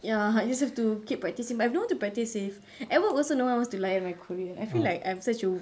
ya I just have to keep practising but I have no one to practise with at work also no one wants to layan my korean I feel like I'm such a